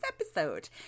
episode